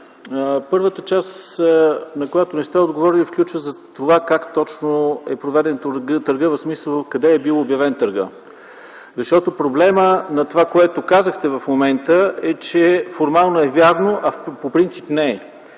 Първата част, на която не сте отговорили, включва това как точно е проведен търгът, в смисъл къде е бил обявен търгът. Защото проблемът на това, което казахте в момента, е, че формално е вярно, а по принцип не е.